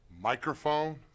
microphone